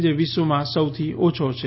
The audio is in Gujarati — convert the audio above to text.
જે વિશ્વમાં સૌથી ઓછો છે